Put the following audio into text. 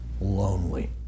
Lonely